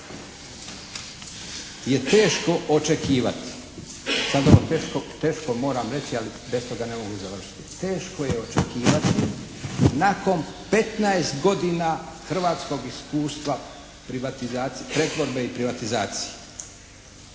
je teško očekivati mada ovo teško, teško moram reći ali bez toga ne mogu završiti, teško je očekivati nakon 15 godina hrvatskog iskustva pretvorbe i privatizacije